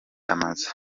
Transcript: amazu